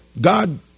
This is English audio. God